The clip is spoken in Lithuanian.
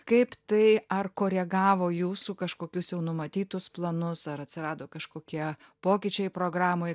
kaip tai ar koregavo jūsų kažkokius jau numatytus planus ar atsirado kažkokie pokyčiai programoj